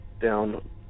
down